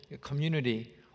community